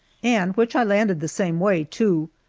and which i landed the same way, too.